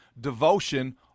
devotion